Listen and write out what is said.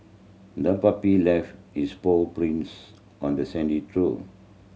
the puppy left its paw prints on the sandy shore